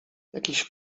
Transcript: jakiś